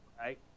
right